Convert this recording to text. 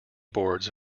boards